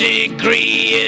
degree